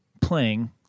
playing